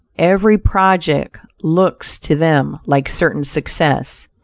every project looks to them like certain success,